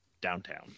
downtown